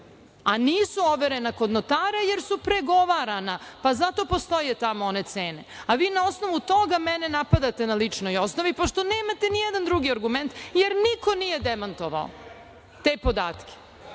A, nisu overena kod notara jer su pregovarana, pa zato postoje tamo one cene. Vi na osnovu toga mene napadate na ličnoj osnovi pošto nemate ni jedan drugi argument jer niko nije demantovao te podatke. Tako